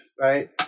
right